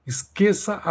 Esqueça